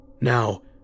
Now